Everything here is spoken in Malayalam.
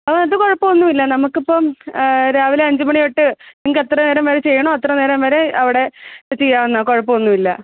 ആ അത് കുഴപ്പോന്നുമില്ല നമുക്കിപ്പം രാവിലെ അഞ്ചു മണി തൊട്ട് നിങ്ങൾക്കെത്ര നേരം വരെ ചെയ്യണോ അത്ര നേരം വരെ അവിടെ ചെയ്യാവുന്നതാണ് കുഴപ്പോന്നുമില്ല